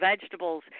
vegetables